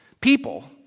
people